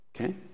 Okay